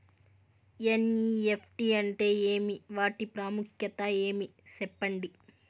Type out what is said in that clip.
NEFT అంటే ఏమి వాటి ప్రాముఖ్యత ఏమి? సెప్పండి?